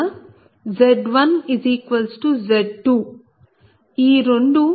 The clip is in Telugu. అందువలన Z1Z2 ఈ రెండూ ట్రాన్స్మిషన్ లైన్ కు సమానం